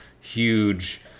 huge